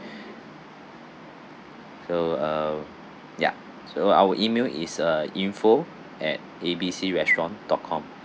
so uh ya so our email is uh info at A B C restaurant dot com